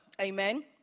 Amen